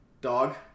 Dog